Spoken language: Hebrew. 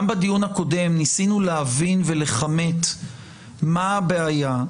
גם בדיון הקודם ניסינו להבין ולכמת מה הבעיה.